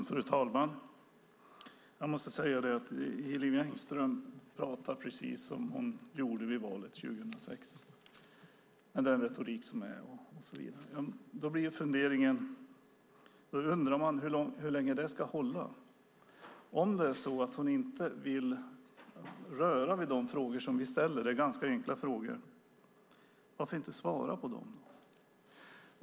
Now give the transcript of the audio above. Fru talman! Hillevi Engström pratar med precis samma retorik som vid valet 2006. Då undrar man hur länge det ska hålla om hon inte vill röra vid de frågor som vi ställer, som är ganska enkla frågor. Varför inte svara på dem?